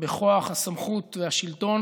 בכוח הסמכות והשלטון